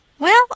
Well